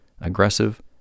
aggressive